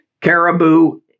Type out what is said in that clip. Caribou